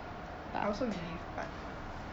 I also believe but